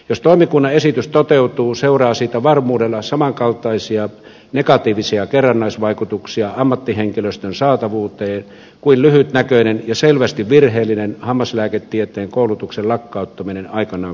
jos toimikunnan esitys toteutuu seuraa siitä varmuudella samankaltaisia negatiivisia kerrannaisvaikutuksia ammattihenkilöstön saatavuuteen kuin lyhytnäköisestä ja selvästi virheellisestä hammaslääketieteen koulutuksen lakkauttamisesta aikanaan kuopiosta